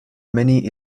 many